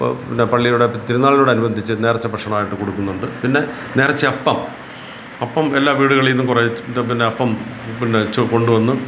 ഇപ്പോൾ പള്ളിയുടെ തിരുന്നാളിനോടനുബന്ധിച്ച് നേർച്ച ഭക്ഷണമായിട്ട് കൊടുക്കുന്നുണ്ട് പിന്നെ നേർച്ച അപ്പം അപ്പം എല്ലാ വീടുകളിൽ നിന്നും കുറേ പിന്നെ അപ്പം പിന്നെ ചൊ കൊണ്ടുവന്ന്